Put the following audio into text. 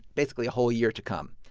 basically, a whole year to come.